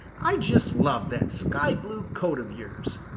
i just love that sky-blue coat of yours.